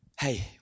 Hey